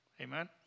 Amen